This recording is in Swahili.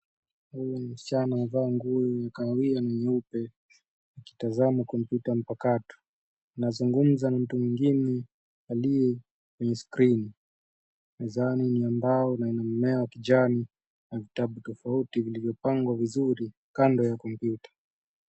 Huyu ni msichana amevaa nguo ya kahawia na nyeupe akitazama kompyuta mpakato. Anazungumza na mtu mwingine aliye kwenye skrini. Meza ni ya mbao yenye mmea wa kijani na vitabu tofauti vilivyopangwa vizuri kando ya kompyuta.